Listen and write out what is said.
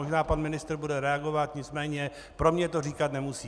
Možná pan ministr bude reagovat, nicméně pro mě to říkat nemusí.